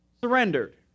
surrendered